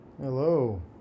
Hello